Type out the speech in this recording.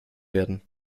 werden